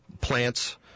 plants